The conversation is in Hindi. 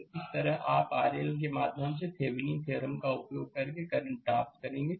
तो इस तरह आप RL के माध्यम से थेविनीन थ्योरम का उपयोग करके करंट प्राप्त करेंगे